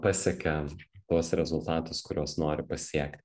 pasiekia tuos rezultatus kuriuos nori pasiekti